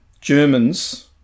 Germans